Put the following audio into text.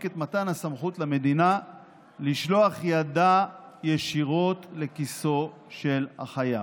את מתן הסמכות למדינה לשלוח ידה ישירות לכיסו של החייב.